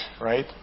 right